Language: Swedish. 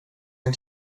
kan